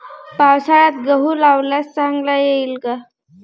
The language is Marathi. पावसाळ्यात गहू लावल्यास चांगला येईल का?